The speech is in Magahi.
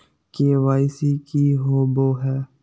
के.वाई.सी की होबो है?